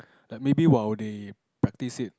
like maybe while they practise it